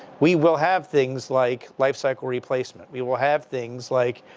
we will have things like lifecycle replacement. we will have things like,